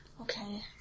Okay